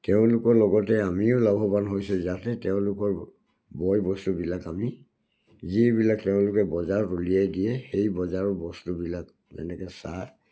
তেওঁলোকৰ লগতে আমিও লাভৱান হৈছে যাতে তেওঁলোকৰ বয় বস্তুবিলাক আমি যিবিলাক তেওঁলোকে বজাৰত উলিয়াই দিয়ে সেই বজাৰৰ বস্তুবিলাক যেনেকৈ চাহ